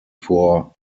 vor